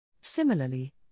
Similarly